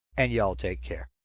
and y'all take care.